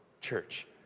church